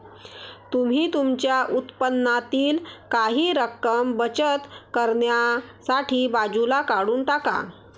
तुम्ही तुमच्या उत्पन्नातील काही रक्कम बचत करण्यासाठी बाजूला काढून टाका